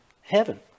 heaven